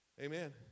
Amen